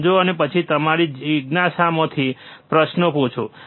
સમજો અને પછી તમારી જીજ્ઞાસામાંથી પ્રશ્નો પૂછો